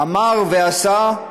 אמר ועשה,